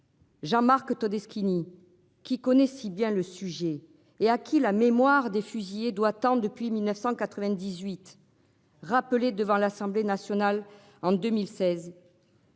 Jean-Marc Todeschini qui connaît si bien le sujet et à qui la mémoire des fusillés doit tente depuis 1998. Rappelé devant l'Assemblée nationale en 2016.